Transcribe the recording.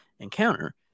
encounter